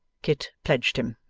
kit pledged him.